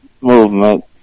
movement